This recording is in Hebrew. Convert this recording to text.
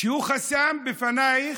שהוא חסם בפנייך,